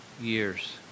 years